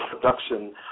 production